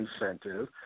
incentive